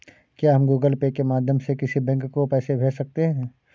क्या हम Google Pay के माध्यम से किसी बैंक को पैसे भेज सकते हैं?